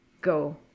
go